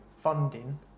funding